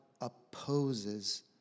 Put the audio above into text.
opposes